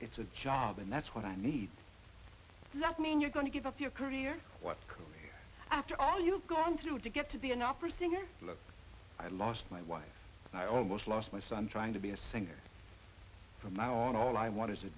it's a job and that's what i need not mean you're going to give up your career what career after all you've gone through to get to be an opera singer i lost my wife and i almost lost my son trying to be a singer from now on all i want